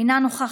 אינה נוכחת,